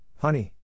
honey